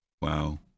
Wow